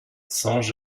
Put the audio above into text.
saint